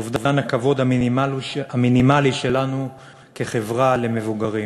על אובדן הכבוד המינימלי שלנו כחברה למבוגרים.